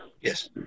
Yes